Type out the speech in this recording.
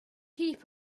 heap